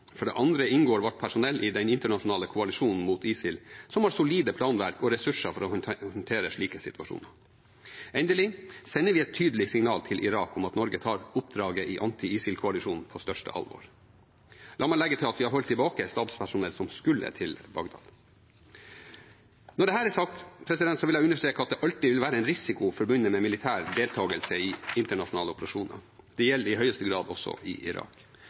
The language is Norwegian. For det andre inngår vårt personell i den internasjonale koalisjonen mot ISIL, som har solide planverk og ressurser for å håndtere slike situasjoner. Endelig: Vi sender et tydelig signal til Irak om at Norge tar oppdraget i anti-ISIL-koalisjonen på største alvor. La meg legge til at vi har holdt tilbake stabspersonell som skulle til Bagdad. Når dette er sagt, vil jeg understreke at det alltid vil være en risiko forbundet med militær deltagelse i internasjonale operasjoner. Det gjelder i høyeste grad også i Irak.